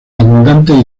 abundantes